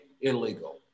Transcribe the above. illegal